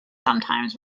sometimes